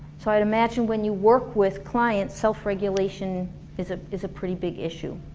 so i'd imagine when you work with clients self-regulation is ah is a pretty big issue.